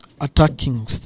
attacking